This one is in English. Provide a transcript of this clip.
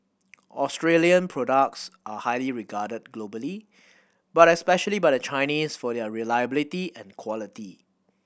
Australian products are highly regarded globally but especially by the Chinese for their reliability and quality